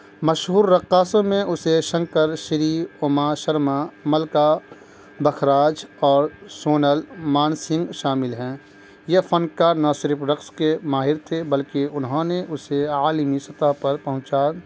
مشہور رقصوں میں اسے شنکر شری اما شرما ملکہ بخراج اور سونل مان سنگھ شامل ہیں یہ فنکار نہ صرف رقص کے ماہر تھے بلکہ انہوں نے اسے عالمی سطح پر پہچان